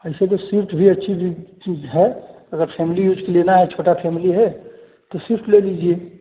ऐसे तो स्विफ्ट भी अच्छी है ठीक है अगर फेमिली यूज के लेना है छोटा फेमिली है तो स्विफ्ट ले लीजिए